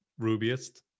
Rubyist